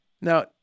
Now